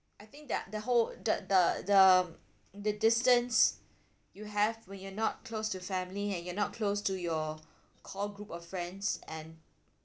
I think that the whole th~ the the the distance you have when you're not close to family and you're not close to your core group of friends and